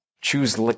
Choose